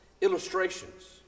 illustrations